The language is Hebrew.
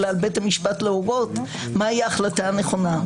אלא על בית המשפט להורות מהי ההחלטה הנכונה.